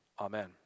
Amen